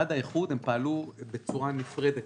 עד האיחוד הם פעלו בצורה נפרדת.